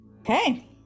Okay